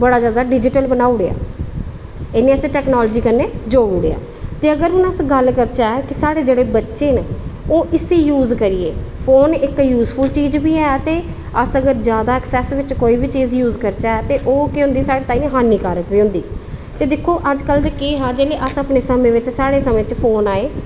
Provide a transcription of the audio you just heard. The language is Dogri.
बड़ा जादा डिजीटल बनाई ओड़ेआ इन्ने असेंगी टेक्नोलॉज़ी कन्नै जोड़ी ओड़ेआ ते अगर अस गल्ल करचे ते जेह्ड़े साढ़े बच्चे न ओह् उसी यूज़ करियै फोन इक्क यूज़फुल चीज़ बी ऐ ते अस अगर जादै एक्सेस बिच कोई बी चीज़ यूज़ करचै ते ओह् केह् होंदी साढ़े ताहीं हानिकारक बी होंदी ते दिक्खो अज्जकल केह् हा अज्जकल ते दिक्खो जेल्लै साढ़े समें च फोन आये